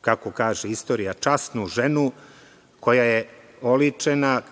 kako kaže istorija, časnu ženu, koja je oličena,